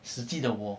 实际的我